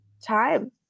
time